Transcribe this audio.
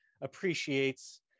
appreciates